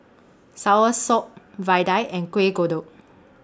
Soursop Vadai and Kuih Kodok